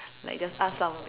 like just ask some